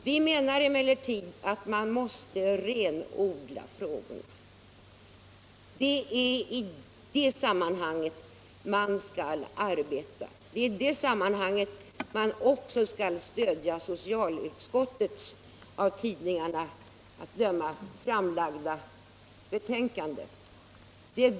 Vi menar emellertid att man måste renodla frågorna; det är på det sättet man skall arbeta. Det är mot den bakgrunden man också skall stödja socialutskottets av tidningarna att döma framlagda betänkande.